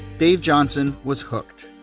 dave johnson was hooked.